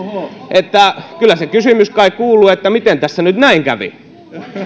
kyllä se kysymys kai kuuluu miten tässä nyt näin kävi